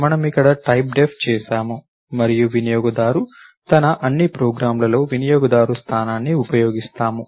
మనము ఇక్కడ టైప్డెఫ్ చేసాము మరియు వినియోగదారు తన అన్ని ప్రోగ్రామ్లలో వినియోగదారు స్థానాన్ని ఉపయోగిస్తాము